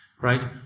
right